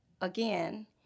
again